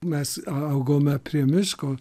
mes augome prie miško